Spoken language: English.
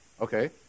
Okay